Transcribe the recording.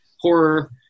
horror